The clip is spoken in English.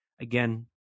Again